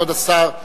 כבוד השר,